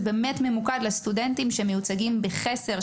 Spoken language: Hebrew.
באמת ממוקד בסטודנטים שמיוצגים בחסר,